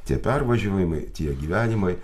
tie pervažiavimai tie gyvenimai